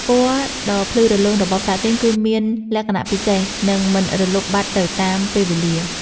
ពណ៌ដ៏ភ្លឺរលោងរបស់ផ្លាទីន គឺមានលក្ខណៈពិសេស និងមិនរលុបបាត់ទៅតាមពេលវេលា។